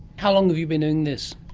how long have you been doing this?